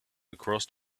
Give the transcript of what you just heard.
across